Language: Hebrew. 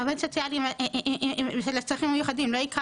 עובד סוציאלי של צרכים מיוחדים לא יקרא